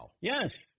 Yes